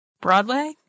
Broadway